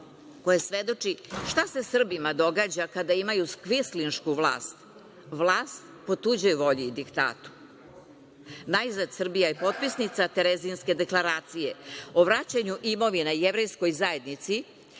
koja svedoči šta se Srbima događa kada imaju kvislinšku vlast, vlast po tuđoj volji i diktatu. Najzad, Srbija je potpisnica „Terezinske deklaracije“ o vraćanju imovine jevrejskoj zajednici,